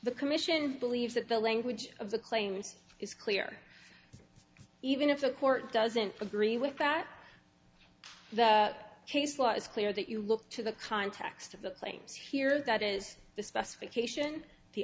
the commission believes that the language of the claims is clear even if the court doesn't agree with that the case law is clear that you look to the context of the claims here that is the specification the